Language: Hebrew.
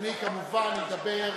אני אבוא,